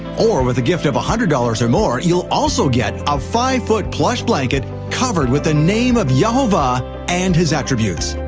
or with a gift of one hundred dollars or more, you'll also get a five foot plush blanket covered with the name of yehovah and his attributes.